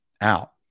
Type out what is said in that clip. out